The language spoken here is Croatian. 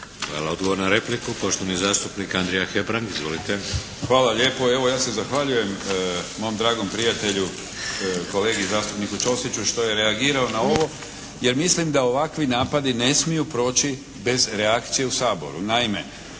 Hvala. Odgovor na repliku, poštovani zastupnik Andrija Hebrang. Izvolite. **Hebrang, Andrija (HDZ)** Hvala lijepo. Evo ja se zahvaljujem mom dragom prijatelju kolegi zastupniku Ćosiću što je reagirao na ovo, jer mislim da ovakvi napadi ne smiju proći bez reakcije u Saboru. Naime,